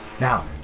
Now